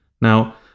now